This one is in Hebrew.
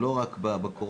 לא רק בקורונה